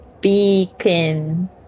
beacon